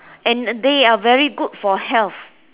and there are very good for health